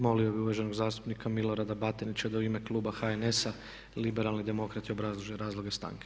Molio bih uvaženog zastupnika Milorada Batinića da u ime kluba HNS-a liberalni demokrati obrazloži razloge stanke.